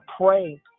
pray